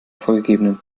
vorgegebenen